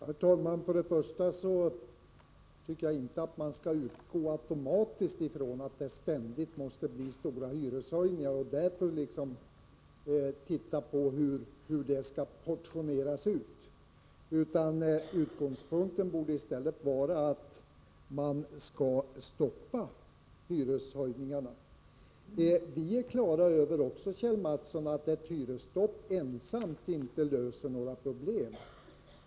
Herr talman! Först och främst tycker jag inte att man automatiskt skall utgå från att det ständigt måste bli stora hyreshöjningar och att man därför tittar på hur höjningarna så att säga skall portioneras ut. Utgångspunkten borde i stället vara att man skall stoppa hyreshöjningarna. Vi är också, Kjell Mattsson, på det klara med att ett hyresstopp ensamt inte löser några problem.